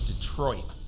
Detroit